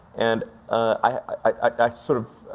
and i sort of,